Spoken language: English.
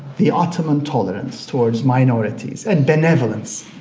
the ottoman tolerance towards minorities, and benevolence,